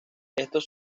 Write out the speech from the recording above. estos